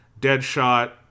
Deadshot